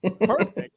Perfect